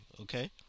Okay